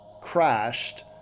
crashed